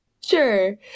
Sure